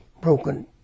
broken